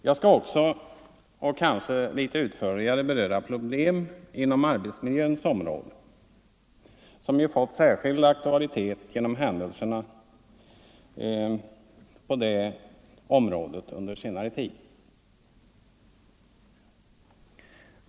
Jag skall också, och kanske Onsdagen den litet utförligare, beröra problem inom arbetsmiljöns område, som ju fått 6 november 1974 särskild aktualitet genom händelser på det fältet under senare tid.